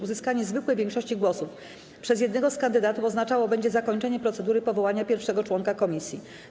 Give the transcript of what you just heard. Uzyskanie zwykłej większości głosów przez jednego z kandydatów oznaczało będzie zakończenie procedury powołania pierwszego członka komisji.